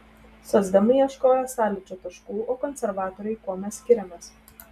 socdemai ieškojo sąlyčio taškų o konservatoriai kuo mes skiriamės